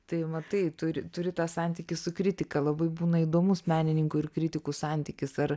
tai matai turi turi tą santykį su kritika labai būna įdomus menininkų ir kritikų santykis ar